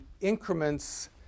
increments